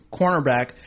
cornerback